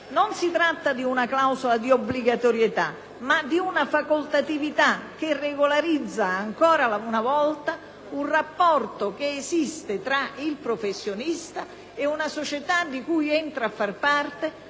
Non si tratta di una clausola di obbligatorietà, ma di una facoltatività che regolarizza, ancora una volta, un rapporto che esiste tra il professionista e una società di cui entra a far parte,